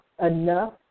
enough